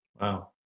Wow